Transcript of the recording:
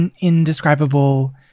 indescribable